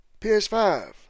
ps5